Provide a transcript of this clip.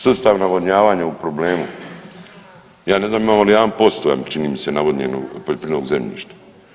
Sustav navodnjavanja u problemu, ja ne znam imamo li 1% čini mi se, navodnjenu poljoprivrednog zemljišta.